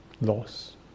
loss